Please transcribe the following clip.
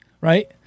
right